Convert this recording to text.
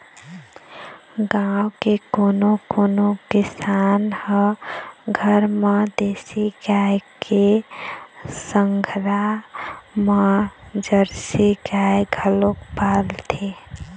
गाँव के कोनो कोनो किसान ह घर म देसी गाय के संघरा म जरसी गाय घलोक पालथे